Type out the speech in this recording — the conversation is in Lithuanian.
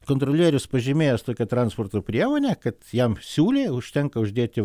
kontrolierius pažymėjęs tokią transporto priemonę kad jam siūlė užtenka uždėti